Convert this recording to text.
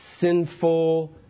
sinful